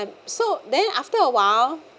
so then after awhile